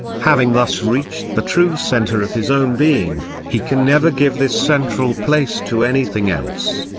having thus reached the true centre of his own being, he can never give this central place to anything else,